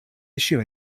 issue